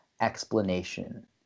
explanation